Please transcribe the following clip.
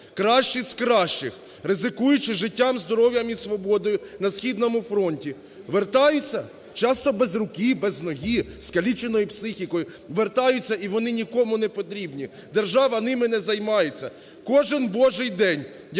Кращі з кращих, ризикуючи життям, здоров'ям і свободою на східному фронті, вертаються часто без руки, без ноги, зі скаліченою психікою. Вертаються і вони нікому не потрібні, держава ними не займається. Кожен божий день я